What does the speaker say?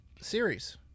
series